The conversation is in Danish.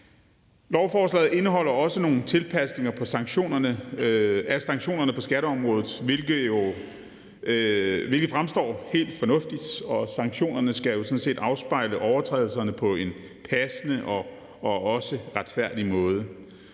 Lovforslaget indeholder også nogle tilpasninger på sanktionerne på skatteområdet, hvilket fremstår helt fornuftigt. Sanktionerne skal jo afspejle overtrædelserne på en passende og også retfærdig måde.